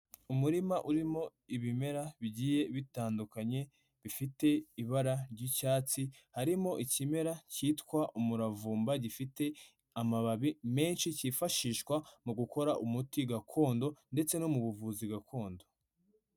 Umurima urimo ibimera bigiye bitandukanye bifite ibara ry'icyatsi, harimo ikimera kitwa umuravumba gifite amababi menshi, kifashishwa mu gukora umuti gakondo ndetse no mu buvuzi gakondo.